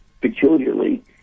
peculiarly